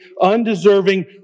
undeserving